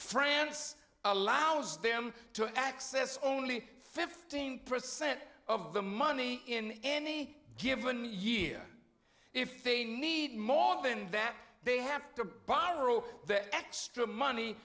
france allows them to access only fifteen percent of the money in any given year if they need more than that they have to borrow that extra money